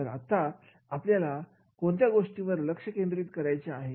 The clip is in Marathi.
तर आता आपल्याला कोणत्या गोष्टीवर लक्ष केंद्रित करायचे आहे